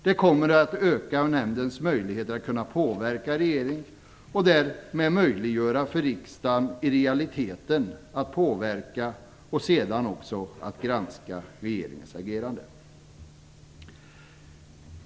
Det kommer att öka nämndens möjligheter att påverka regeringen och därmed i realiteten möjliggöra för riksdagen att påverka och sedan också granska regeringens agerande.